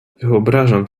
wyobrażam